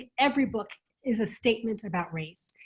every book is a statement about race.